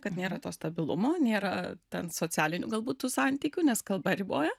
kad nėra to stabilumo nėra ten socialinių galbūt tų santykių nes kalba riboja